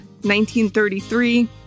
1933